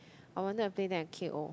I wanted to play that and k_o